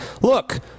look